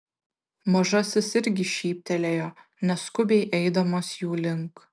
mažasis irgi šyptelėjo neskubiai eidamas jų link